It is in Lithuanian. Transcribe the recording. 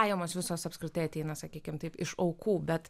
pajamos visos apskritai ateina sakykime taip iš aukų bet